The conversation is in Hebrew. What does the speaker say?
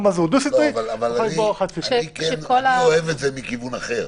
אני לא אוהב את זה מכיוון אחר: